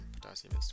potassium